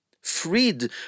freed